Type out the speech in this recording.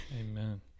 Amen